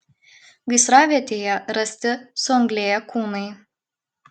gaisravietėje rasti suanglėję kūnai